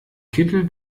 kittel